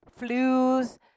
flus